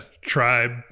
Tribe